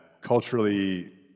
Culturally